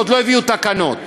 עוד לא הביאו תקנות.